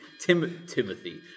Timothy